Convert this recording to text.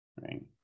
Right